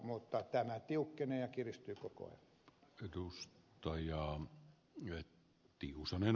mutta tämä tiukkenee ja kiristyy koko ajan